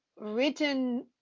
written